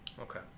okay